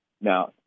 Now